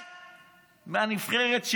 רק מהנבחרת,